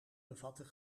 bevatten